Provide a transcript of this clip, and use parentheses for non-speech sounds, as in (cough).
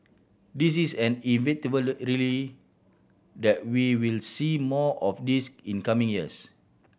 this is an (unintelligible) that we will see more of this in coming years